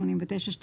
89(2),